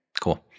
Cool